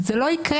זה לא יקרה.